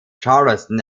charleston